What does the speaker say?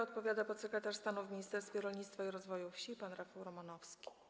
Odpowiada podsekretarz stanu w Ministerstwie Rolnictwa i Rozwoju Wsi pan Rafał Romanowski.